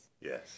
yes